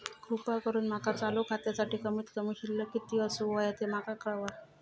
कृपा करून माका चालू खात्यासाठी कमित कमी शिल्लक किती असूक होया ते माका कळवा